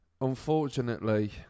unfortunately